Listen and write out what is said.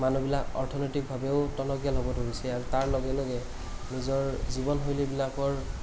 মানুহবিলাক অৰ্থনৈতিকভাৱেও টনকিয়াল হ'ব ধৰিছে আৰু তাৰ লগে লগে নিজৰ জীৱনশৈলীবিলাকৰ